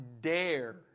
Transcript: dare